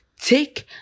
Take